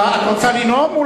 את רוצה לנאום?